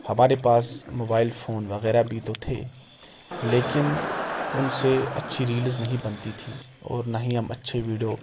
ہمارے پاس mobile phone وغیرہ بھی تو تھے لیکن ان سے اچھی ریلز نہیں بنتی تھیں اور نہ ہی ہم اچھے ویڈیو